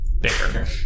bigger